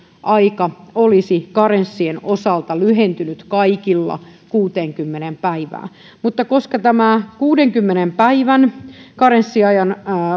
aika olisi karenssien osalta lyhentynyt kaikilla kuuteenkymmeneen päivään mutta koska tämä kuudenkymmenen päivän karenssiajan